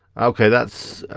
okay, that's